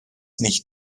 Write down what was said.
nicht